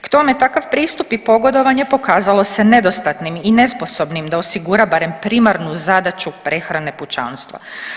K tome takav pristup i pogodovanje pokazalo se nedostatnim i nesposobnim da osigura barem primarnu zadaću prehrane pučanstva.